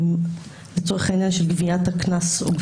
לצורך העניין של גביית הקנס.